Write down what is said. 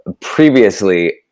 Previously